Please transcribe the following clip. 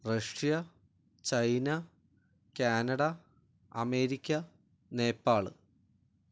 Russia China Canada America Nepal